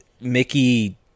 Mickey